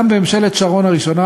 גם בממשלת שרון הראשונה,